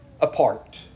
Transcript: apart